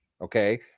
Okay